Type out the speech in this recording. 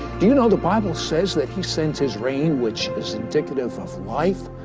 do you know the bible says that he sends his rain, which is indicative of life,